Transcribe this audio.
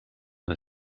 the